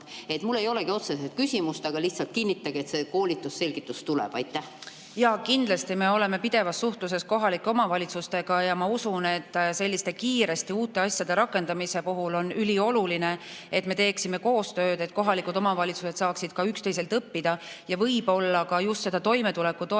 Mul ei olegi otseselt küsimust, aga lihtsalt kinnitage, et see koolitus, selgitus tuleb. Jaa, kindlasti me oleme pidevas suhtluses kohalike omavalitsustega. Ma usun, et selliste uute asjade kiiresti rakendamise puhul on ülioluline, et me teeksime koostööd, et kohalikud omavalitsused saaksid ka üksteiselt õppida. Võib-olla just toimetulekutoetust